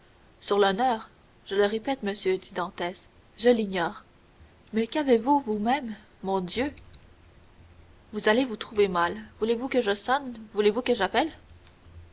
sur l'honneur je le répète monsieur dit dantès je l'ignore mais qu'avez-vous vous-même mon dieu vous allez vous trouver mal voulez-vous que je sonne voulez-vous que j'appelle